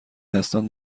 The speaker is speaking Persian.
اسناد